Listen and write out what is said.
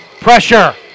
pressure